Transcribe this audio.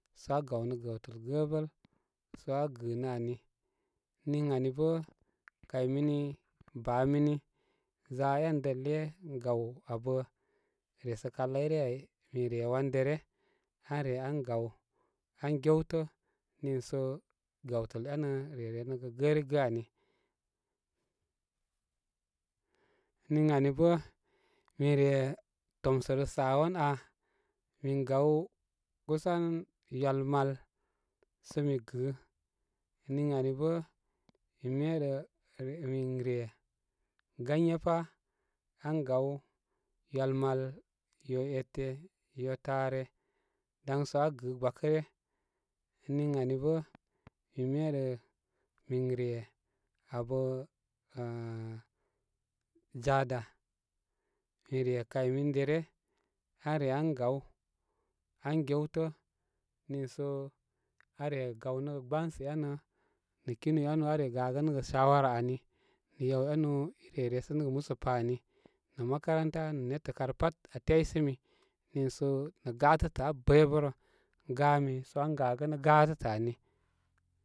Sə aa gaw nə gawtəl gəə bəl sə gɨ nə ani. Niyari bə kay mini, baamimi, za en dəl iyə gaw abə re sə kuzhai ryəai, min re wan dəre an re an gaw an gewtə niŋsə gawtə enə re renəgə gərigə ani niŋani bə minre tomsərə sawan aa min gaw kusan ywal mal sə mi gɨ niŋ ani bə mi medə min re ganye pá an gaw ywal mal, yo ete, yo taare dan so aa gɨ gbakərə niŋ ani bə min me ɗə min re abə ən jada mi re kay mini, derə an re an gaw an géwtə niiso aa re gawnə gə gbansə enə nə kinu énu aa re gagənəgə shawara ani nə yaw énu ire resəgə musə pa ani nə makaranta nə netə kar pat aa təysimi niiso nə gátətə abəybəbərə gami sə an gágənə gátətə ani.